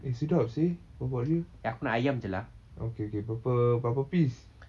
eh sedap seh babat dia ah okay okay berapa berapa piece